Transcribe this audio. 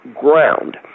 ground